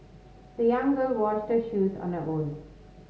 the young girl washed her shoes on her own